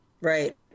Right